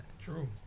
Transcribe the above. True